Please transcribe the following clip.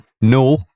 no